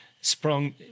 sprung